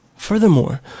Furthermore